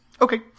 Okay